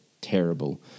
terrible